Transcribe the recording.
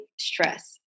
stress